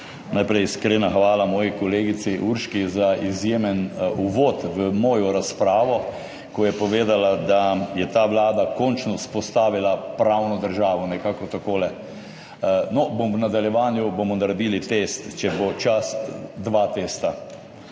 Najprej iskrena hvala moji kolegici Urški za izjemen uvod v mojo razpravo, ko je povedala, da je ta vlada končno vzpostavila pravno državo, nekako takole. No, v nadaljevanju bomo naredili test, če bo čas, dva testa.